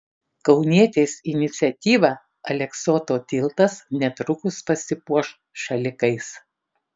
kaunietės iniciatyva aleksoto tiltas netrukus pasipuoš šalikais